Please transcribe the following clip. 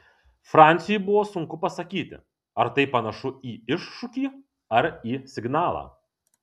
franciui buvo sunku pasakyti ar tai panašu į iššūkį ar į signalą